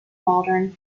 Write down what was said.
modern